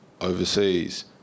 overseas